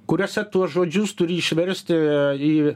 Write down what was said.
kuriuose tuos žodžius turi išversti į